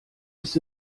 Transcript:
ist